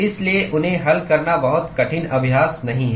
इसलिए उन्हें हल करना बहुत कठिन अभ्यास नहीं है